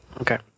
Okay